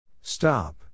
Stop